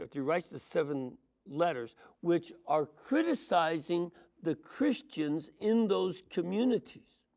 he writes the seven letters which are criticizing the christians in those communities.